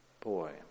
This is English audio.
boy